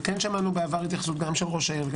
וכן שמענו התייחסות בעבר גם של ראש העיר,